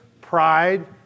pride